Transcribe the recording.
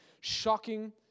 shocking